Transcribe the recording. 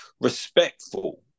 respectful